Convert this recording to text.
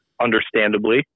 Understandably